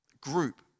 group